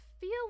feel